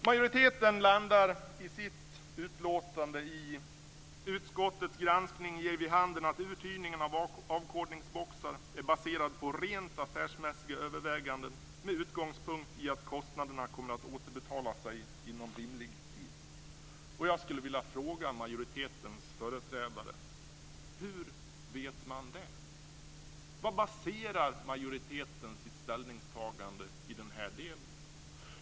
Majoriteten landar i följande utlåtande: "Utskottets granskning ger vid handen att uthyrningen av avkodningsboxar är baserad på rent affärsmässiga överväganden med utgångspunkt i att kostnaderna kommer att återbetala sig inom rimlig tid." Jag skulle vilja fråga majoritetens företrädare: Hur vet man det? Vad baserar majoriteten sitt ställningstagande i den delen på?